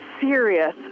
serious